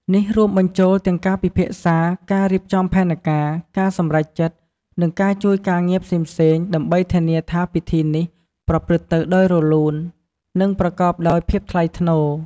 នេះរួមបញ្ចូលទាំងការពិភាក្សា ការរៀបចំផែនការ ការសម្រេចចិត្ត និងការជួយការងារផ្សេងៗ ដើម្បីធានាថាពិធីនេះប្រព្រឹត្តទៅដោយរលូន និងប្រកបដោយភាពថ្លៃថ្នូរ។